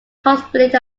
possibility